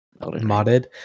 modded